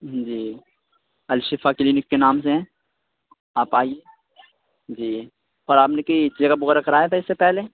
جی Al Shifa clinic کے نام سے ہے آپ آئیے جی اور آپ نے کہیں چیک اپ وغیرہ کرایا تھا اس سے پہلے